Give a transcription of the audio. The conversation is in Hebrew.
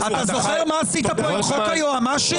אתה זוכר מה עשית כאן עם חוק היועצים המשפטיים?